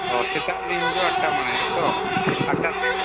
ᱚᱻ ᱥᱮᱛᱟᱜ ᱞᱤᱧ ᱦᱤᱡᱩᱜᱼᱟ ᱟᱴᱴᱟ ᱢᱟᱲᱟᱝᱨᱮ ᱛᱚ ᱟᱴᱴᱟᱛᱮ